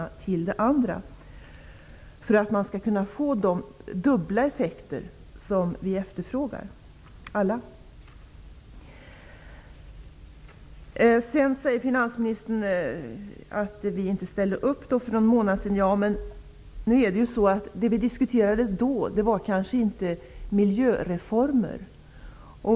Hur stor del skulle det kunna röra sig om för att man skall kunna få de dubbla effekter som vi alla eftersträvar? Finansministern sade att vi inte ställde upp för någon månad sedan. Men det vi diskuterade då var kanske inte miljöreformer.